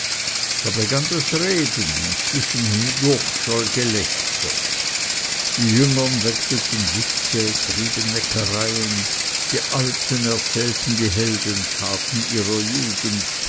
da begann das reden und zwischendurch scholl gelächter die jüngern wechselten witze trieben neckereien die alten erzählten die heldentaten ihrer jugend